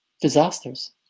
disasters